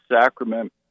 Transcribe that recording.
Sacrament